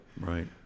right